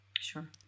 Sure